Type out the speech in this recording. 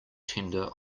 tender